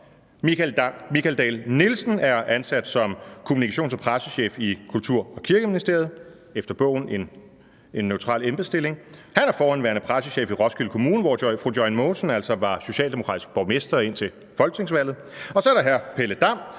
Michael Dahl Nielsen er ansat som kommunikations- og pressechef i kulturministeriet og Kirkeministeriet – efter bogen en neutral embedsstilling – men han er forhenværende pressechef i Roskilde Kommune, hvor Joy Mogensen var socialdemokratisk borgmester indtil folketingsvalget. Så er der Pelle Dam,